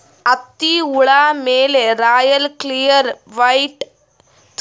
ಹತ್ತಿ ಹುಳ ಮೇಲೆ ರಾಯಲ್ ಕ್ಲಿಯರ್ ಮೈಟ್ ಎಷ್ಟ ಹೊಡಿಬೇಕು?